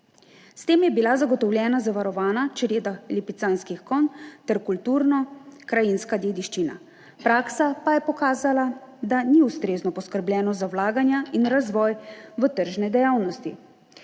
S tem je bila zagotovljena zavarovana čreda lipicanskih konj ter kulturnokrajinska dediščina, praksa pa je pokazala, da ni ustrezno poskrbljeno za vlaganja in razvoj v tržne dejavnosti,